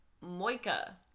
Moika